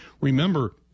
remember